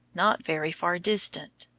not very far distant.